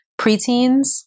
preteens